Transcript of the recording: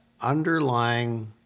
underlying